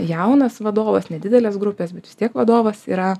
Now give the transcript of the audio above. jaunas vadovas nedidelės grupės bet vis tiek vadovas yra